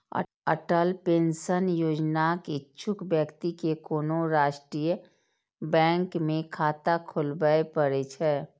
Atal pension योजनाक इच्छुक व्यक्ति कें कोनो राष्ट्रीय बैंक मे खाता खोलबय पड़ै छै